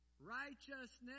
righteousness